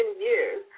years